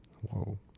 Whoa